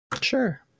Sure